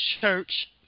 church